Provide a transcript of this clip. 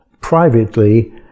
privately